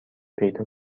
پیدا